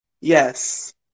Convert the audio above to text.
Yes